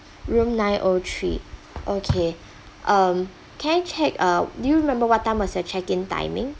room nine O three okay um can I check uh do you remember what time was your check in timing